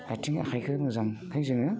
आथिं आखाइखो मोजांहै जोङो